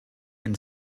and